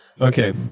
Okay